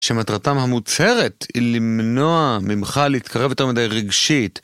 שמטרתם המוצהרת היא למנוע ממך להתקרב יותר מדי רגשית.